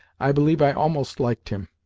i believe i almost liked him.